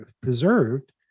preserved